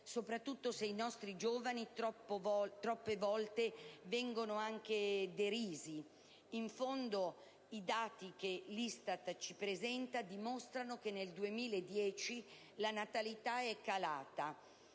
soprattutto se i nostri giovani troppo volte vengono anche derisi. In fondo, i dati che l'ISTAT ci presenta dimostrano che nel 2010 la natalità è calata